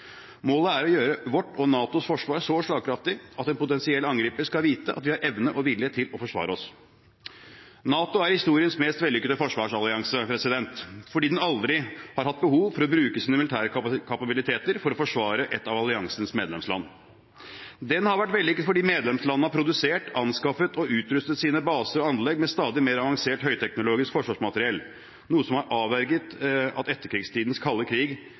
Målet er å gjøre vårt og NATOs forsvar så slagkraftig at en potensiell angriper skal vite at vi har evne og vilje til å forsvare oss. NATO er historiens mest vellykkede forsvarsallianse fordi den aldri har hatt behov for å bruke sine militære kapabiliteter for å forsvare ett av alliansens medlemsland. Den har vært vellykket fordi medlemslandene har produsert, anskaffet og utrustet sine baser og anlegg med stadig mer avansert, høyteknologisk forsvarsmateriell, noe som har gjort at etterkrigstidens kalde krig